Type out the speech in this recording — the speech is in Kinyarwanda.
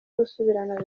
gusubirana